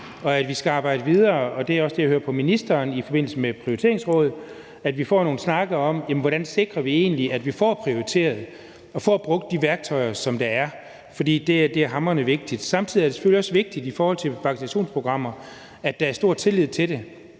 og at vi skal arbejde videre med – og det er også det, jeg hører fra ministeren i forbindelse med Sundhedssektorens Prioriteringsråd – at vi får nogle snakke om, hvordan vi egentlig sikrer, at vi får prioriteret at få brugt de værktøjer, der er, for det er hamrende vigtigt. Samtidig er det selvfølgelig også vigtigt i forhold til vaccinationsprogrammerne, at der er stor tillid til det.